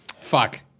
Fuck